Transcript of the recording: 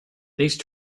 these